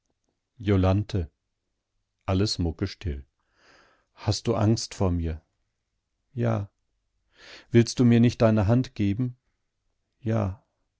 jolanthe alles muckestill hast du angst vor mir ja willst du mir nicht deine hand geben ja